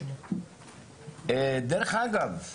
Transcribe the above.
דרך אגב,